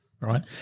right